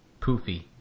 poofy